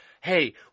hey